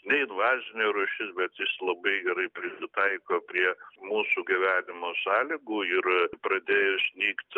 neinvazinė rūšis bet jis labai gerai prisitaiko prie mūsų gyvenimo sąlygų ir pradėjus nykti